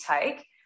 take